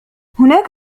هناك